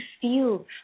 feel